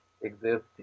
exist